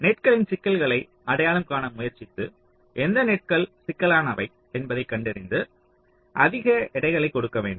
நெட்களின் சிக்கல்களை அடையாளம் காண முயற்சித்து எந்த நெட்கள் சிக்கலானவை என்பதை கண்டறிந்து அதிக எடைகளை கொடுக்க வேண்டும்